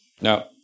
Now